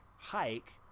hike